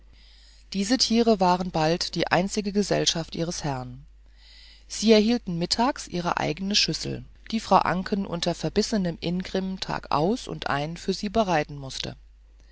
diese tiere waren bald die einzige gesellschaft ihres herrn sie erhielten mittags ihre eigene schüssel die frau anken unter verbissenem ingrimm tag aus und ein für sie bereiten mußte